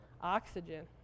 Oxygen